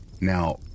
Now